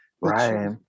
Right